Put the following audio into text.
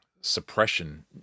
suppression